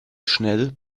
schnell